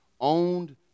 owned